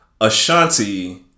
Ashanti